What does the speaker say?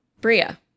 Bria